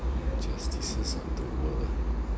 injustices of the world